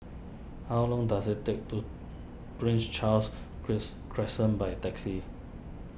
how long does it take to Prince Charles cress Crescent by taxi